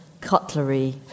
cutlery